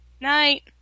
Night